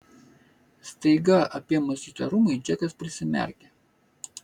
staiga apėmus įtarumui džekas prisimerkė